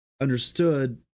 understood